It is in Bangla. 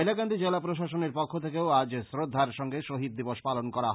হাইলাকান্দি জেলা প্রশাসনের পক্ষ থেকেও আজ শ্রদ্ধার সঙ্গে শহীদ দিবস পালন করা হয়েছে